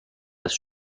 است